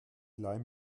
leih